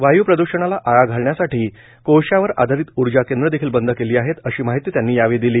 वायू प्रदूषणाला आळा घालण्यासाठी कोळश्यावर आधारित ऊर्जा केंद्र देखील बंद केली आहेत अशी माहिती त्यांनी दिली